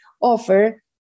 offer